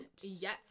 yes